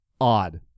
odd